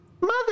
Mother